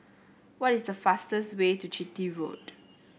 what is the fastest way to Chitty Road